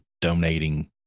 donating